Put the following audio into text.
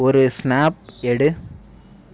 ஒரு ஸ்னாப் எடு